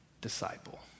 disciple